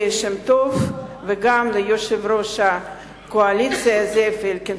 שמטוב וגם ליושב-ראש הקואליציה זאב אלקין.